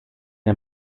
der